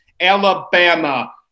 Alabama